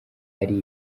ari